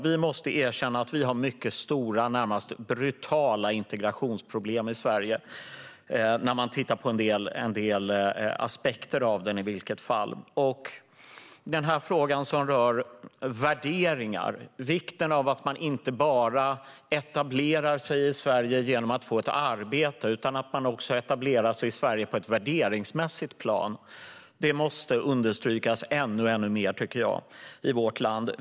Vi måste erkänna att vi har mycket stora, närmast brutala, integrationsproblem i Sverige, i vilket fall vad gäller en del aspekter av den. Frågor som rör värderingar och vikten av att man inte bara etablerar sig i Sverige genom att gå till arbetet utan också på ett värderingsmässigt plan måste understrykas ännu mer i vårt land.